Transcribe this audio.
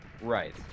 Right